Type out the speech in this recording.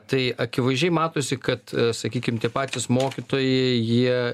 tai akivaizdžiai matosi kad sakykim tie patys mokytojai jie